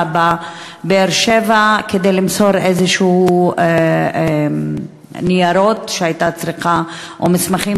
בבאר-שבע כדי למסור איזשהם ניירות או מסמכים,